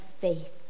faith